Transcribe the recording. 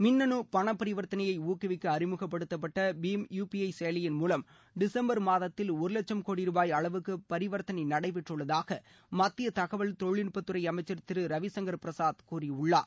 மின்னணு பணப் பரிவர்தனையை ஊக்குவிக்க அறிமுகப்படுத்தப்பட்ட பீம் யு பி ஐ செயலியின் மூலம் டிசம்பர் மாதத்தில் ஒரு வட்சும் கோடி ரூபாய் அளவுக்கு பரிவர்தனை நடைபெற்றுள்ளதாக மத்திய தகவல் தொழில்நுட்பத்துறை அமைச்சர் திரு ரவிசங்கர் பிரசாத் கூறியுள்ளார்